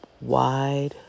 wide